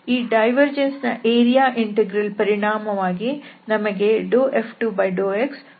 ಈ ಡೈವರ್ಜೆನ್ಸ್ ನ area integral ಪರಿಣಾಮವಾಗಿ ನಮಗೆ F2∂x F1∂y ಸಿಗುತ್ತದೆ